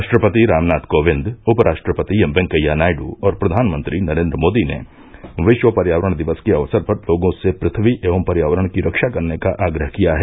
राष्ट्रपति रामनाथ कोविंद उप राष्ट्रपति एम वेंकैया नायडू और प्रधानमंत्री नरेन्द्र मोदी ने विश्व पर्यावरण दिवस के अवसर पर लोगों से पृथ्वी एवं पर्यावरण की रक्षा करने का आग्रह किया है